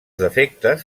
defectes